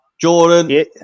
Jordan